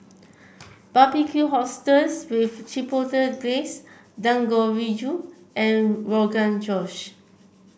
Barbecued Oysters with Chipotle Glaze Dangojiru and Rogan Josh